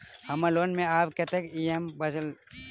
हम्मर लोन मे आब कैत ई.एम.आई बचल ह?